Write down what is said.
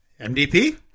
MDP